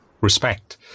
respect